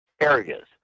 areas